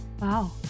Wow